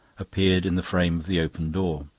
appeared in the frame of the open door.